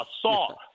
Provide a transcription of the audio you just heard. assault